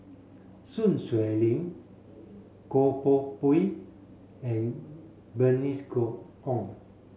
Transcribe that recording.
Sun Xueling Goh Poh Pui and Bernice Co Ong